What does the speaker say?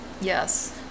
Yes